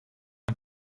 man